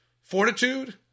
fortitude